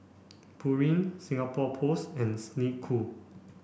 Pureen Singapore Post and Snek Ku